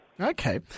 Okay